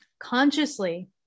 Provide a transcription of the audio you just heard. Consciously